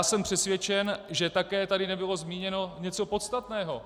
Jsem přesvědčen, že také tady nebylo zmíněno něco podstatného.